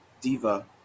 Diva